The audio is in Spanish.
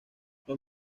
los